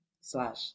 Slash